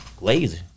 lazy